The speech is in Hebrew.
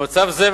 במצב זה,